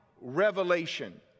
revelation